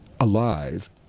alive